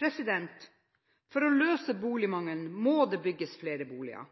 boliger. For å løse boligmangelen må det bygges flere boliger,